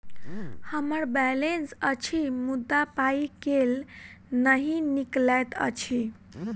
हम्मर बैलेंस अछि मुदा पाई केल नहि निकलैत अछि?